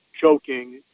choking